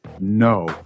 No